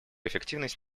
эффективность